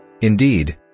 Indeed